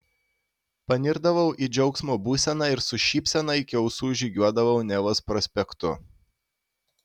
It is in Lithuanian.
panirdavau į džiaugsmo būseną ir su šypsena iki ausų žygiuodavau nevos prospektu